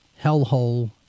Hellhole